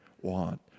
want